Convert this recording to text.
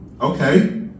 Okay